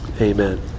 Amen